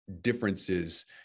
differences